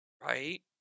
Right